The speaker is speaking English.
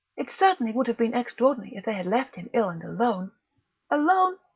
it certainly would have been extraordinary if they had left him ill and alone alone?